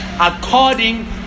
according